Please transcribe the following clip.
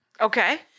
Okay